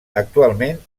actualment